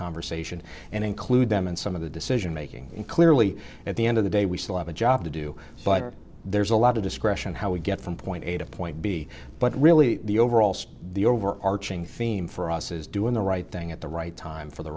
conversation and include them in some of the decision making and clearly at the end of the day we still have a job to do but there's a lot of discretion how we get from point a to point b but really the overall so the overarching theme for us is doing the right thing at the right time for the